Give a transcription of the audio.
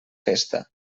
festa